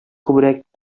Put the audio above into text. күбрәк